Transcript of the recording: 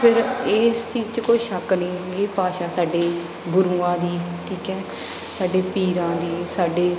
ਫਿਰ ਇਸ ਚੀਜ਼ 'ਚ ਕੋਈ ਸ਼ੱਕ ਨਹੀਂ ਵੀ ਇਹ ਭਾਸ਼ਾ ਸਾਡੇ ਗੁਰੂਆਂ ਦੀ ਠੀਕ ਹੈ ਸਾਡੇ ਪੀਰਾਂ ਦੀ ਸਾਡੇ